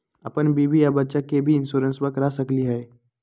अपन बीबी आ बच्चा के भी इंसोरेंसबा करा सकली हय?